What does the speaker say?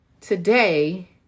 today